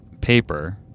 paper